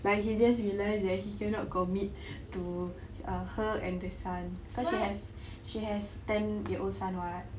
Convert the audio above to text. like he just realised that he cannot commit to uh her and the son because she has she has ten year old son [what]